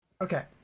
Okay